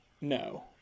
No